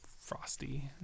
frosty